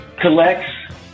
collects